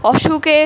অসুখে